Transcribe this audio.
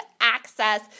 access